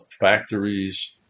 Factories